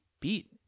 beat